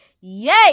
Yay